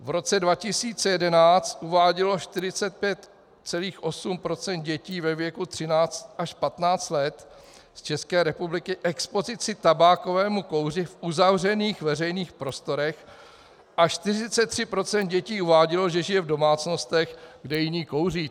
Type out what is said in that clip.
V roce 2011 uvádělo 45,8 % dětí ve věku 13 až 15 let z České republiky expozici tabákovému kouři v uzavřených veřejných prostorech a 43 % dětí uvádělo, že žije v domácnostech, kde jiní kouří.